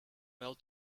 well